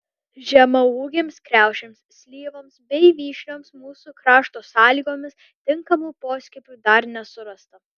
žemaūgėms kriaušėms slyvoms bei vyšnioms mūsų krašto sąlygomis tinkamų poskiepių dar nesurasta